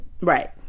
Right